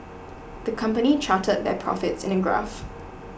the company charted their profits in a graph